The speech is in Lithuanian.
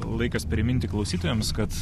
laikas priminti klausytojams kad